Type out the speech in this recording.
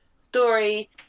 story